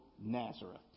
Nazareth